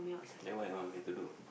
then what you want me to do